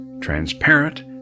transparent